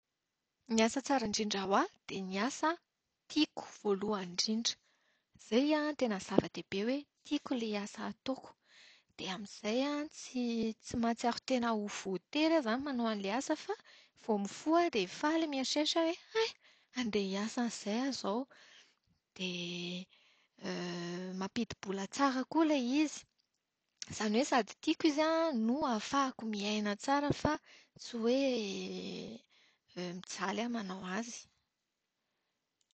Ny asa tsara indrindra ho ahy dia ny asa tiako voalohany indrindra. Izay an tena zava-dehibe hoe tiako ilay asa ataoko. Dia amin'izay aho tsy mahatsiaro tena ho voatery aho izany manao an'ilay asa fa vao mifoha aho dia faly mieritreritra hoe hay! Handeha hiasa an'izay aho izao. Dia mampidibola tsara koa ilay izy. Izany hoe sady tiako izy an no ahafahako miaina tsara fa tsy hoe mijaly aho manao azy.